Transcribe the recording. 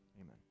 amen